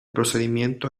procedimiento